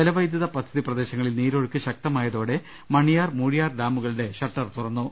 ജലവൈദ്യുത പദ്ധതി പ്രദേശങ്ങളിൽ നീരൊഴുക്ക് ശക്തമായതോടെ മണിയാർ മൂഴിയാർ ഡാമുകളുടെ ഷട്ടർ തുറന്നു